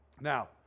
Now